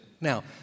Now